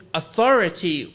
authority